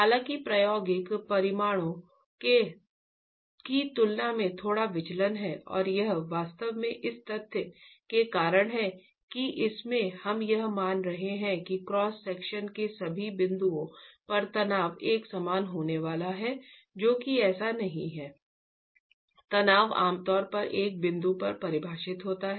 हालांकि प्रायोगिक परिणामों की तुलना में थोड़ा विचलन है और यह वास्तव में इस तथ्य के कारण है कि इसमें हम यह मान रहे हैं कि क्रॉस सेक्शन के सभी बिंदुओं पर तनाव एक समान होने वाला है जो कि ऐसा नहीं है तनाव आमतौर पर एक बिंदु पर परिभाषित होता है